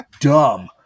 dumb